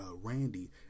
Randy